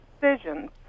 decisions